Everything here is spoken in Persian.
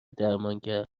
درمانگر